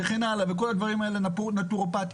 נטורופתיה,